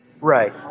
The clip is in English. Right